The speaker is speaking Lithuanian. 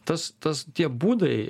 tas tas tie būdai